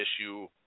issue